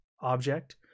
object